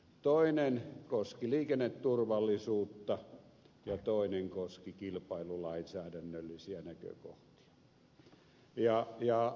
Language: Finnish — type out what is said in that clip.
toinen koski liikenneturvallisuutta ja toinen koski kilpailulainsäädännöllisiä näkökohtia